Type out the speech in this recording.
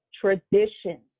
tradition